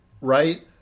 right